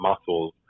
muscles